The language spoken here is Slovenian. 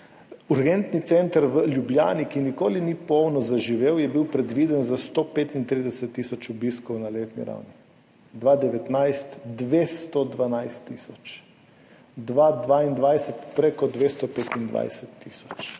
Urgentni center v Ljubljani, ki nikoli ni polno zaživel, je bil predviden za 135 tisoč obiskov na letni ravni, 2019 212 tisoč, 2022 prek 225 tisoč.